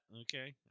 okay